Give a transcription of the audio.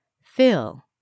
Phil